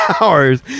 hours